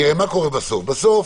בסוף